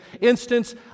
instance